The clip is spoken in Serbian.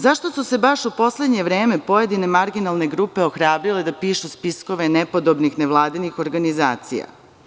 Zašto su se baš u poslednje vreme pojedine marginalne grupe ohrabrile da pišu spiskove nepodobnih nevladinih organizacija?